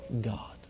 God